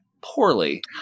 poorly